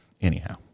Anyhow